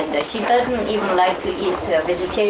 and she doesn't even like to eat vegetarian